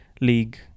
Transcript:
league